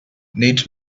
needs